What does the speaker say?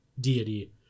deity